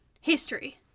history